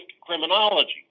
criminology